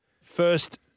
First